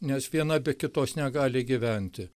nes viena be kitos negali gyventi